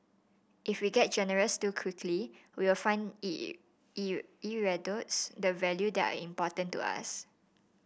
if we get generous too quickly we find it it erodes the value that are important to us